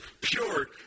pure